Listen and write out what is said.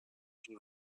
une